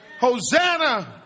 Hosanna